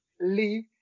leave